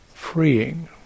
freeing